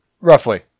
roughly